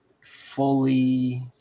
fully